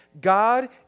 God